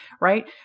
right